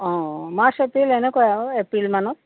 অঁ অঁ March April এনেকুৱাই আৰু এপ্ৰিলমানত